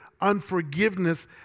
unforgiveness